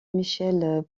michel